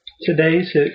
Today's